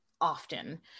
often